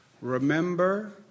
Remember